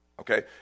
okay